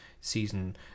season